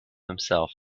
himself